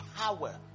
power